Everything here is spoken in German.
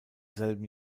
selben